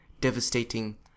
devastating